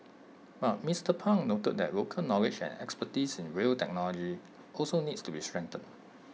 but Mister pang noted that local knowledge and expertise in rail technology also needs to be strengthened